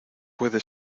puede